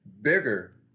bigger